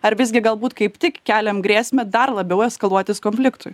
ar visgi galbūt kaip tik keliam grėsmę dar labiau eskaluotis konfliktui